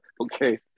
Okay